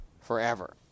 forever